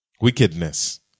Wickedness